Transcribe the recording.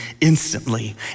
instantly